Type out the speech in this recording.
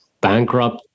bankrupt